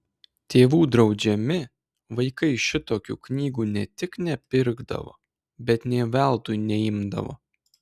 tėvų draudžiami vaikai šitokių knygų ne tik nepirkdavo bet nė veltui neimdavo